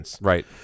Right